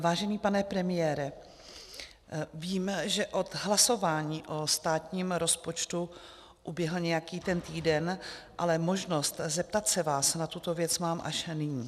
Vážený pane premiére, vím, že od hlasování o státním rozpočtu uběhl nějaký ten týden, ale možnost zeptat se vás na tuto věc mám až nyní.